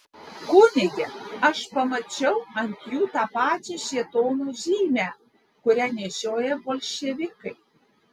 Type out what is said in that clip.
kunige aš pamačiau ant jų tą pačią šėtono žymę kurią nešioja bolševikai